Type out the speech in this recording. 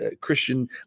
Christian